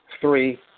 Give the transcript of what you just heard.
Three